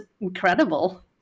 incredible